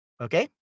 Okay